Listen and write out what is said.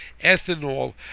Ethanol